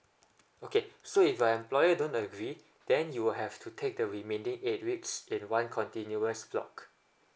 okay so if your employer don't agree then you will have to take the remaining eight weeks in one continuous block